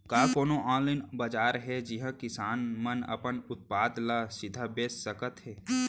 का कोनो अनलाइन बाजार हे जिहा किसान मन अपन उत्पाद ला सीधा बेच सकत हे?